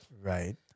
Right